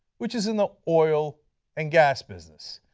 which is in the oil and gas business.